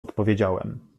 odpowiedziałem